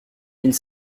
mille